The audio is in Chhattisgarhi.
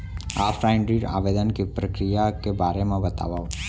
ऑफलाइन ऋण आवेदन के प्रक्रिया के बारे म बतावव?